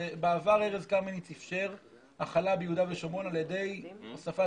בעבר ארז קמיניץ אפשר החלה ביהודה ושומרון על ידי הוספת